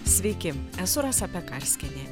sveiki esu rasa pekarskienė